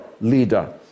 leader